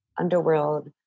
underworld